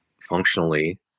functionally